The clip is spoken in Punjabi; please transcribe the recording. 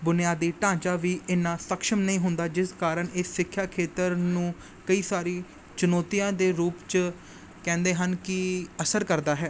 ਬੁਨਿਆਦੀ ਢਾਂਚਾ ਵੀ ਇੰਨਾ ਸਖਸ਼ਮ ਨਹੀਂ ਹੁੰਦਾ ਜਿਸ ਕਾਰਨ ਇਹ ਸਿੱਖਿਆ ਖੇਤਰ ਨੂੰ ਕਈ ਸਾਰੀ ਚੁਣੋਤੀਆਂ ਦੇ ਰੂਪ 'ਚ ਕਹਿੰਦੇ ਹਨ ਕਿ ਅਸਰ ਕਰਦਾ ਹੈ